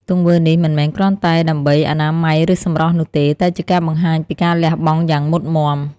ទង្វើនេះមិនមែនគ្រាន់តែដើម្បីអនាម័យ ឬសម្រស់នោះទេ តែជាការបង្ហាញពីការលះបង់យ៉ាងមុតមាំ។